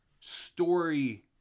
story